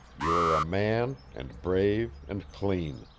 you are a man and brave and clean.